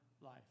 life